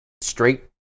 straight